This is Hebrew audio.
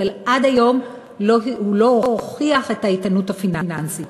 אבל עד היום הוא לא הוכיח את האיתנות הפיננסית.